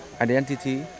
identity